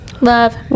Love